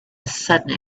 sudden